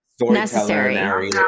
necessary